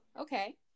okay